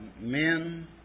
men